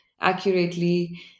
accurately